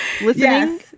listening